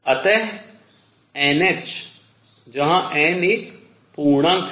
अत nh जहाँ n एक पूर्णांक है